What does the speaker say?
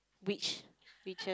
witch witches